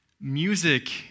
Music